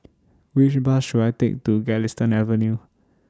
Which Bus should I Take to Galistan Avenue